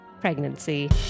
pregnancy